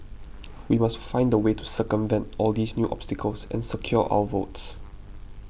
we must find a way to circumvent all these new obstacles and secure our votes